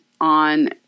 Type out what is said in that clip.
on